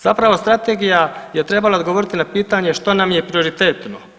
Zapravo strategija je trebala odgovoriti na pitanje što nam je prioritetno.